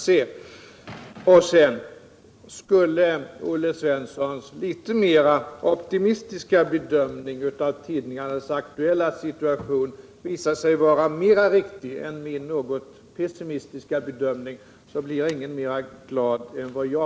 Skulle Olle Svenssons litet mer optimistiska bedömning av tidningarnas aktuella situation visa sig vara riktigare än min något mer pessimistiska bedömning, så blir ingen gladare än jag.